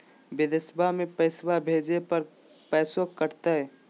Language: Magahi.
बिदेशवा मे पैसवा भेजे पर पैसों कट तय?